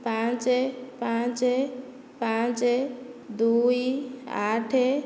ପାଞ୍ଚ ପାଞ୍ଚ ପାଞ୍ଚ ଦୁଇ ଆଠ